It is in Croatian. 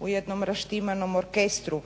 u jednom raštimanom orkestru.